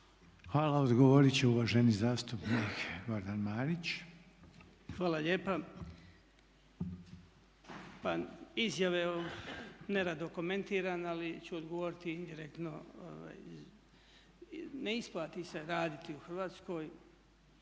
Hvala. Odgovoriti će uvaženi zastupnik Goran Marić. **Marić, Goran (HDZ)** Hvala lijepa. Pa izjave nerado komentiram ali ću odgovoriti indirektno. Ne isplati se raditi u Hrvatskoj,